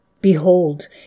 Behold